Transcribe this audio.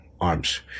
Arms